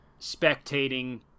spectating